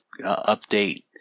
update